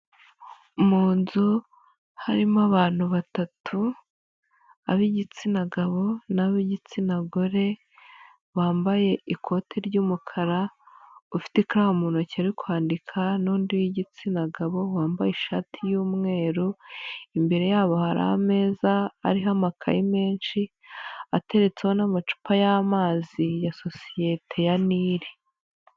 Mu nzu harimo abantu batatu, ab'igitsina gabo n'ab'igitsina gore bambaye ikoti ry'umukara, ufite ikaramu mu ntoki ari kwandika n'undi w'igitsina gabo wambaye ishati y'umweru, imbere yabo hari ameza ariho amakayi menshi ateretseho n'amacupa y'amazi ya sosiyete ya Nile.